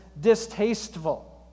distasteful